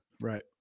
Right